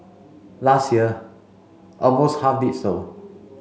last year almost half did so